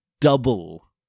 double